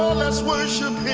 let's worship him,